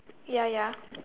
ya ya